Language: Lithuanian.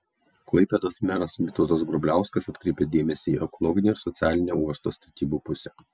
klaipėdos meras vytautas grubliauskas atkreipė dėmesį į ekologinę ir socialinę uosto statybų pusę